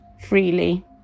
freely